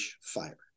Fire